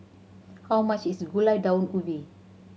how much is Gulai Daun Ubi